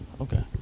okay